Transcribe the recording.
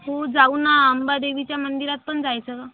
हो जाऊ ना अंबा देवीच्या मंदिरात पण जायचं